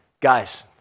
Guys